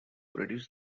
produced